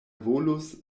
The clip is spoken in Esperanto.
volus